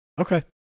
okay